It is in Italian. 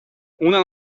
una